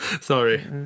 Sorry